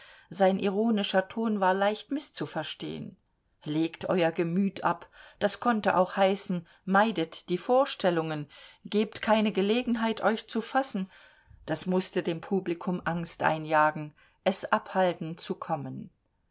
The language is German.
sein ironischer ton war leicht mißzuverstehen legt euer gemüt ab das konnte auch heißen meidet die vorstellungen gebt keine gelegenheit euch zu fassen das mußte dem publikum angst einjagen es abhalten zu kommen